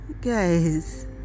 guys